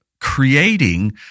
creating